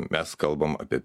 mes kalbam apie